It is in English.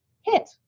hit